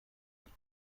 دکتر